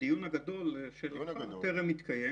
בדיון הגדול, שטרם התקיים.